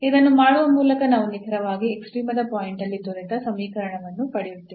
ಇದನ್ನು ಮಾಡುವ ಮೂಲಕ ನಾವು ನಿಖರವಾಗಿ ಎಕ್ಸ್ಟ್ರೀಮದ ಪಾಯಿಂಟ್ ಅಲ್ಲಿ ದೊರೆತ ಸಮೀಕರಣಗಳನ್ನು ಪಡೆಯುತ್ತೇವೆ